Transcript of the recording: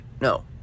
no